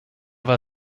war